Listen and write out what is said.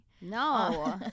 no